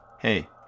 Hey